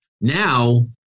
Now